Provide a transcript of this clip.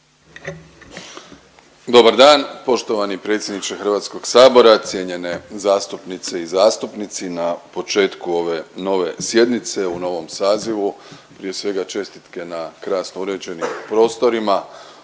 Dobar dan poštovani predsjedniče HS, cijenjene zastupnice i zastupnici. Na početku ove nove sjednice u novom sazivu, prije svega čestitke na krasno uređenim prostorima,